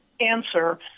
answer